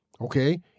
okay